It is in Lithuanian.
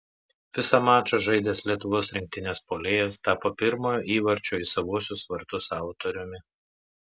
visą mačą žaidęs lietuvos rinktinės puolėjas tapo pirmojo įvarčio į savuosius vartus autoriumi